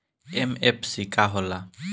MFC का हो़ला?